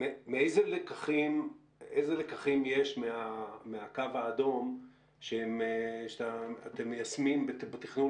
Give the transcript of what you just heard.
איזה לקחים יש מהקו האדום שאתם מיישמים בתכנון